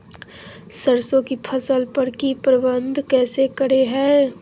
सरसों की फसल पर की प्रबंधन कैसे करें हैय?